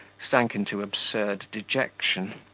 sank into absurd dejection,